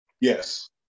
yes